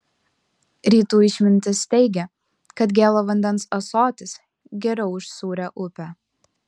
rytų išmintis teigia kad gėlo vandens ąsotis geriau už sūrią upę